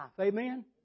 amen